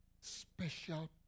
Special